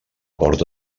porta